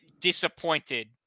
disappointed